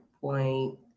point